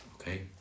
Okay